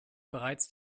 bereits